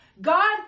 God